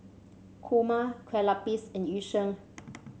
kurma Kueh Lapis and Yu Sheng